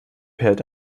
perlt